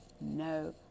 no